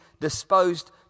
disposed